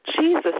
Jesus